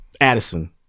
Addison